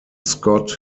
scott